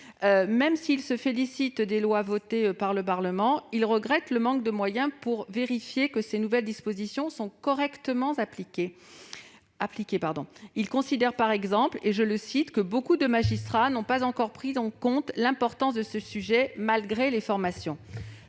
S'il se félicite des lois votées par le Parlement, il déplore le manque de moyens permettant de vérifier que ces nouvelles dispositions sont correctement appliquées. Il considère par exemple que « beaucoup de magistrats n'ont pas encore pris en compte l'importance de ce sujet, malgré les formations ».